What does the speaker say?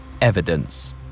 evidence